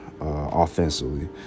offensively